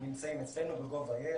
שנמצאים אצלנו ב-GOV.IL.